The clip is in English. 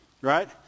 Right